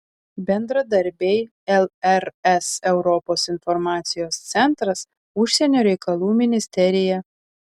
bendradarbiai lrs europos informacijos centras užsienio reikalų ministerija